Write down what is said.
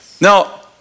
Now